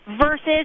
versus